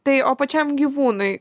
tai o pačiam gyvūnui